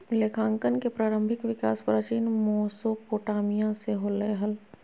लेखांकन के प्रारंभिक विकास प्राचीन मेसोपोटामिया से होलय हल